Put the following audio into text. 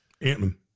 Ant-Man